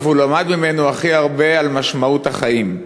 אבל ממנו למד הכי הרבה על משמעות החיים.